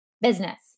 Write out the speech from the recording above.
Business